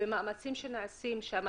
במאמצים שנעשים שם.